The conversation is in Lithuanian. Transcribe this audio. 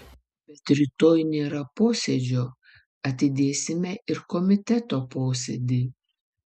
bet rytoj nėra posėdžio atidėsime ir komiteto posėdį